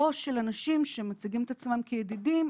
או של אנשים שמציגים את עצמם כידידים,